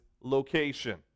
location